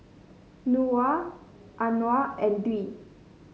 Nura Anuar and Dwi